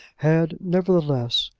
had, nevertheless,